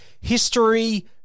History